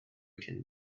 can